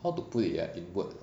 how to put it ah in words